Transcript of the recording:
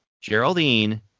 Geraldine